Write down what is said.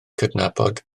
cydnabod